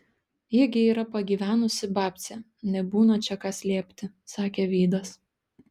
ji gi yra pagyvenusi babcė nebūna čia ką slėpti sakė vydas